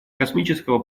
космического